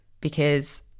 because-